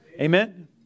Amen